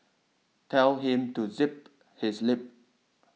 tell him to zip his lip